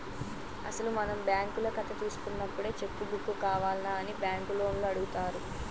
అసలు మనం బ్యాంకుల కథ తీసుకున్నప్పుడే చెక్కు బుక్కు కావాల్నా అని బ్యాంకు లోన్లు అడుగుతారు